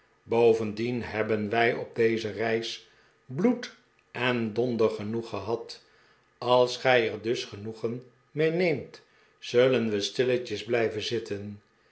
bovendien hebben wij op deze reis bloed en donder genoeg gehad als gij er dus genoegen mee neemt zullen we stilletjes blijven zitten